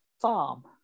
farm